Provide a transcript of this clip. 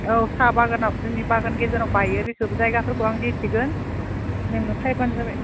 औ साहा बागानाव जोंनि बागान गेजेराव बायो बेफोर जायगाफोरखौ आं दिन्थिगोन नोङो फैबानो जाबाय